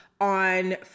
on